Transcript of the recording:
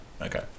okay